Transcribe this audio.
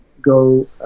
go